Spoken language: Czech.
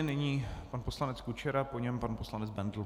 Nyní pan poslanec Kučera, po něm pan poslanec Bendl.